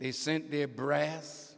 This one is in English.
they sent their brass